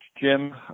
Jim